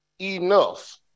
enough